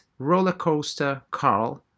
RollerCoasterCarl